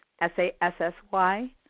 S-A-S-S-Y